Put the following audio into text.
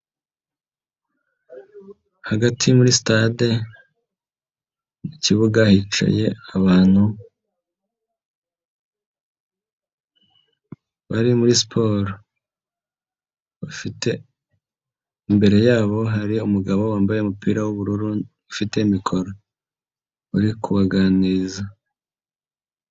Hagati muri stade, mu kibuga hicaye abantu bari muri siporo, bafite imbere yabo hari umugabo wambaye umupira w'ubururu ufite mikoro uri kubaganiriza.